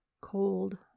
cold